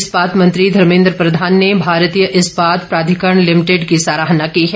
इस्पात मंत्री धर्मेन्द्र प्रधान ने भारतीय इस्पात प्राधिकरण लिमिटेड की सराहना की है